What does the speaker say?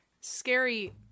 Scary-